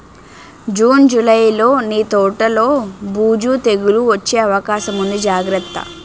June, జూలైలో నీ తోటలో బూజు, తెగులూ వచ్చే అవకాశముంది జాగ్రత్త